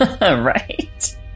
Right